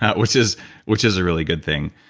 which is which is a really good thing.